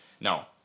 No